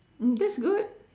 that's good